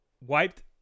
Wiped